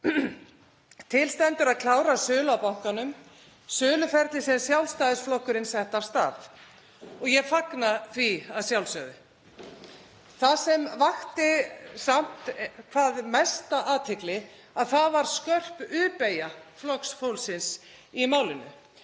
Til stendur að klára sölu á bankanum, söluferli sem Sjálfstæðisflokkurinn setti af stað. Ég fagna því að sjálfsögðu. Það sem vakti samt hvað mesta athygli var skörp U-beygja Flokks fólksins í málinu.